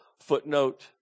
footnote